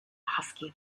husky